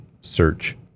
search